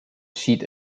schied